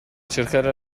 cercare